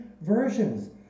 versions